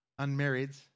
unmarrieds